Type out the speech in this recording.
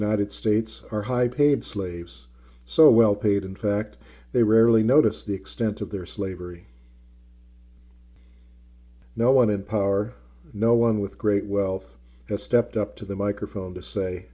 united states are high paid slaves so well paid in fact they rarely notice the extent of their slavery no one in power no one with great wealth has stepped up to the microphone to say